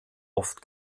oft